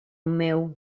meu